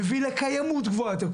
מביא לקיימות גבוהה יותר.